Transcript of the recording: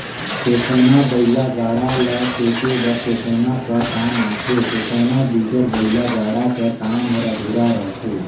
टेकोना बइला गाड़ा ल टेके बर टेकोना कर काम आथे, टेकोना बिगर बइला गाड़ा कर काम हर अधुरा रहथे